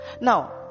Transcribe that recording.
Now